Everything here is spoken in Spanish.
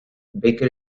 baker